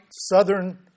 southern